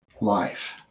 life